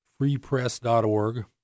freepress.org